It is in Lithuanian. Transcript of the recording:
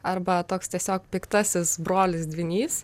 arba toks tiesiog piktasis brolis dvynys